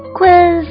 Quiz